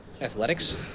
Athletics